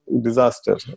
disaster